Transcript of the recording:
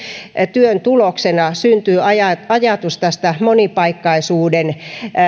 työn tuloksena syntyi ajatus ajatus tästä monipaikkaisuuden